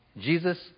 Jesus